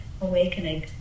awakening